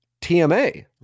TMA